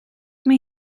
mae